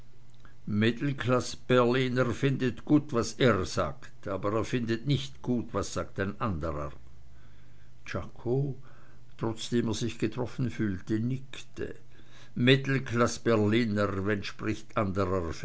mittelklaßberliner findet gutt was er sagt aber findet nicht gutt was sagt ein andrer czako trotzdem er sich getroffen fühlte nickte mittelklaßberliner wenn spricht andrer